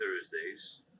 Thursdays